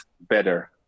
better